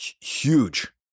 Huge